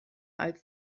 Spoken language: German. als